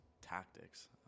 tactics